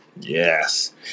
Yes